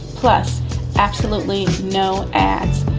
plus absolutely no ads.